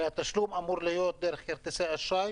הרי התשלום אמור להיות דרך כרטיסי אשראי